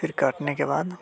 फिर काटने के बाद